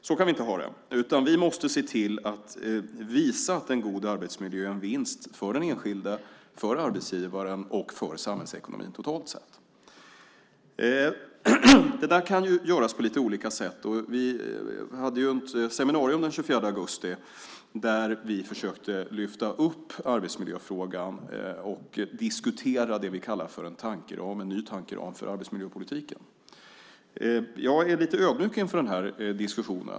Så kan vi inte ha det. Vi måste se till att visa att en god arbetsmiljö är en vinst för den enskilde, för arbetsgivaren och för samhällsekonomin totalt sett. Detta kan göras på lite olika sätt. Vi hade ett seminarium den 24 augusti då vi försökte lyfta fram arbetsmiljöfrågan och diskutera det som vi kallar för en ny tankeram för arbetsmiljöpolitiken. Jag är lite ödmjuk inför denna diskussion.